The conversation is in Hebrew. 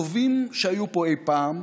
עם מעמד בין-לאומי מהטובים שהיו פה אי פעם.